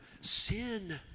sin